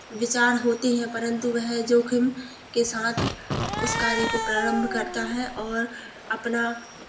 विचार होते हैं परंतु वह जोखम के साथ उस कार्य को प्रारंभ करता है और अपना